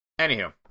Anywho